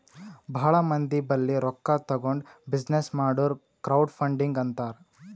ಭಾಳ ಮಂದಿ ಬಲ್ಲಿ ರೊಕ್ಕಾ ತಗೊಂಡ್ ಬಿಸಿನ್ನೆಸ್ ಮಾಡುರ್ ಕ್ರೌಡ್ ಫಂಡಿಂಗ್ ಅಂತಾರ್